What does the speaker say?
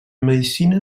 medicina